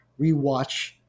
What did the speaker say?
rewatch